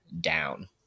down